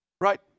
Right